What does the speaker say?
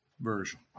Version